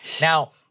Now